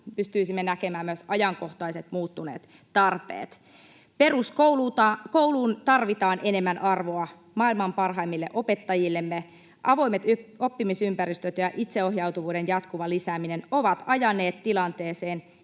pystyisimme näkemään myös ajankohtaiset, muuttuneet tarpeet. Peruskouluun tarvitaan enemmän arvoa maailman parhaimmille opettajillemme. Avoimet oppimisympäristöt ja itseohjautuvuuden jatkuva lisääminen ovat ajaneet tilanteeseen,